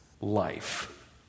life